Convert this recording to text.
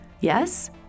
Yes